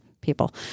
People